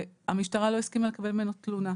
והמשטרה לא הסכימה לקבל ממנו תלונה.